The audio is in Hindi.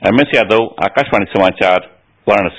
एमएस यादव आकाशवाणी समाचार वाराणसी